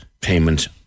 payment